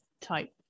type